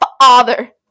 father